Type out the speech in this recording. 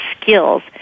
skills